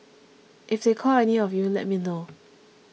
if they call any of you let me know